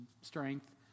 strength